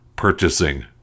purchasing